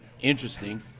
interesting